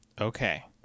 Okay